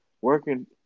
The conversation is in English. working